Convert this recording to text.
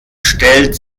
stellt